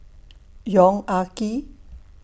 Yong Ah Kee